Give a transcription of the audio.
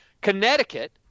Connecticut